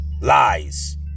Lies